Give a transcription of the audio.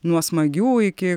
nuo smagių iki